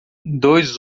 dois